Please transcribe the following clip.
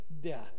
death